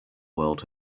world